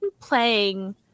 playing